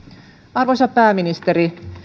arvoisa pääministeri